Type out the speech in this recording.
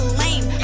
lame